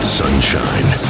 sunshine